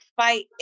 fight